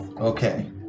Okay